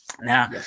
Now